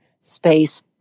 space